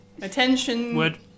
Attention